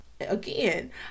Again